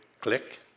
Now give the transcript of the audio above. click